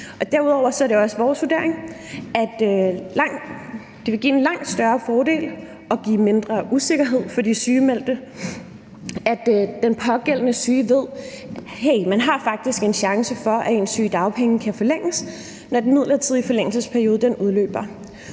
Derudover er det også vores vurdering, at det vil give en langt større fordel og give mindre usikkerhed for de sygemeldte, at den pågældende syge ved, at man faktisk har en chance for, at ens sygedagpenge kan forlænges, når den midlertidige forlængelsesperiode udløber.